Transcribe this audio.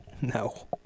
No